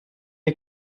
ihr